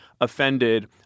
offended